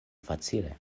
facile